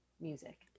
music